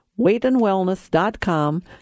weightandwellness.com